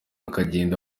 akagenda